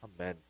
Amen